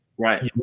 Right